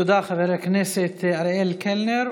תודה, חבר הכנסת אריאל קלנר.